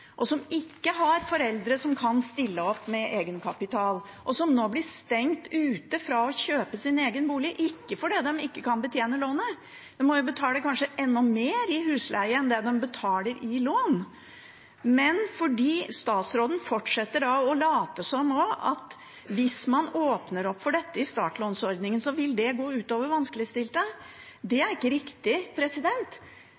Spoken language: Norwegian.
jobber, som ikke har foreldre som kan stille opp med egenkapital, og som nå blir stengt ute fra å kjøpe sin egen bolig. Det er ikke fordi de ikke kan betjene lånet, for de må kanskje betale mer i husleie enn det de ville betalt i lån, men fordi statsråden nå fortsetter å late som at hvis man åpner for dette i startlånsordningen, vil det gå utover de vanskeligstilte. Det